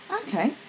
Okay